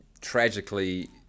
tragically